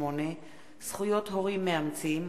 48) (זכויות הורים מאמצים,